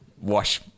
wash